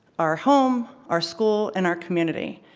our home, our school, and our community.